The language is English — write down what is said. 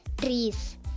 trees